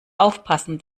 aufpassen